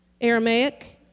Aramaic